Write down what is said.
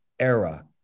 era